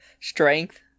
strength